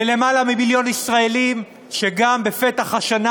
ללמעלה ממיליון ישראלים שגם בפתח השנה